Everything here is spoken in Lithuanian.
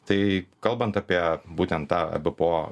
tai kalbant apie būtent tą e b p o